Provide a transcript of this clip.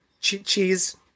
cheese